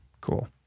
Cool